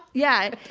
yeah,